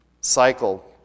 cycle